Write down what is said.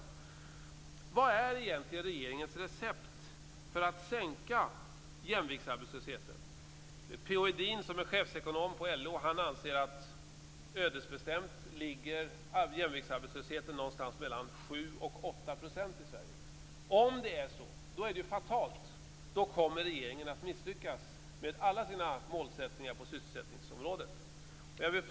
Vad är egentligen regeringens recept för att sänka jämviktsarbetslösheten? P-O Edin, som är chefsekonom på LO anser att jämviktsarbetslösheten ödesbestämt ligger någonstans mellan 7 % och 8 % i Sverige. Om det är så är det fatalt. Då kommer regeringen att misslyckas med alla sina målsättningar på sysselsättningsområdet.